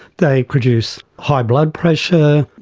they produce high blood pressure,